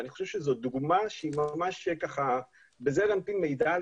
אני חושב שזו דוגמה שהיא ממש בזעיר אנפין שמעידה על